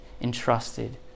entrusted